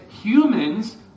humans